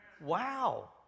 Wow